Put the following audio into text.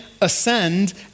ascend